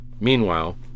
Meanwhile